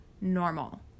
normal